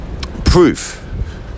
proof